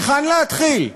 היכן להתחיל?